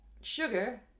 sugar